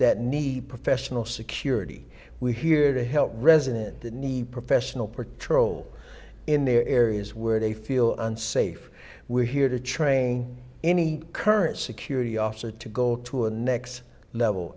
that need professional security we're here to help resident the need professional per troll in the areas where they feel unsafe we're here to train any current security officer to go to a next level